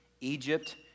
Egypt